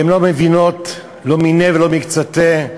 לא מבינות לא מיניה ולא מקצתיה,